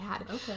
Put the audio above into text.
Okay